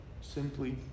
simply